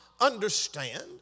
understand